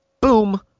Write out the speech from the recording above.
boom